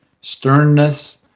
sternness